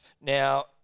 Now